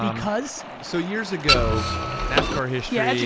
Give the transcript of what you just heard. um because? so years ago, nascar history. yeah,